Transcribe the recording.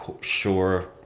sure